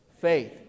faith